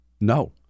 No